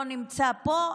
לא נמצא פה,